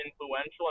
influential